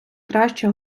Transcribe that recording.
краще